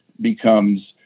becomes